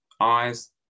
eyes